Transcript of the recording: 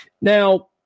Now